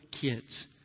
kids